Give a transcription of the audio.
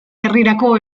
herrirako